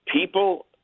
People